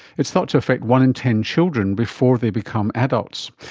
it's thought to affect one in ten children before they become adults.